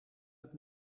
het